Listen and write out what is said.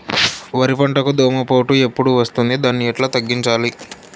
వరి పంటకు దోమపోటు ఎప్పుడు వస్తుంది దాన్ని ఎట్లా తగ్గించాలి?